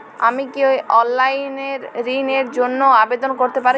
আমি কি অনলাইন এ ঋণ র জন্য আবেদন করতে পারি?